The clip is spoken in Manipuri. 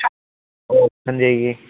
ꯁꯟꯗꯦꯒꯤ